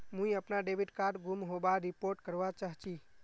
मुई अपना debit card गूम होबार रिपोर्ट करवा चहची